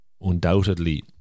undoubtedly